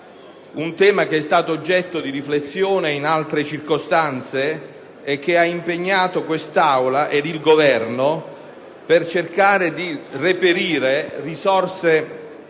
privata, che è stato oggetto di riflessione in altre circostanze e che ha impegnato quest'Aula e il Governo a cercare di reperire le risorse